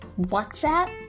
Whatsapp